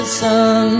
sun